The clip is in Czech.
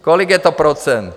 Kolik je to procent?